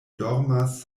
dormas